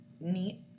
neat